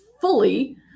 fully